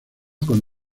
con